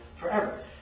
forever